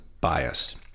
bias